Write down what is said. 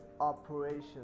operation